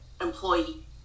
employee